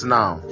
now